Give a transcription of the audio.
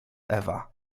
ewa